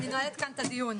אני נועלת כאן את הדיון.